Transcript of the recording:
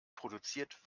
produziert